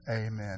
Amen